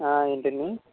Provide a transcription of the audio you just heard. ఏంటండి